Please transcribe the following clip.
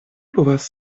povas